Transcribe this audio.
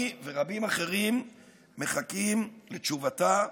אני יודע שאני ורבים אחרים מחכים לתשובתה,